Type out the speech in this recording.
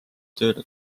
tööle